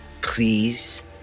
Please